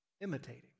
imitating